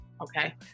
Okay